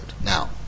Now